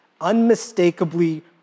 unmistakably